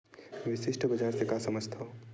विशिष्ट बजार से का समझथव?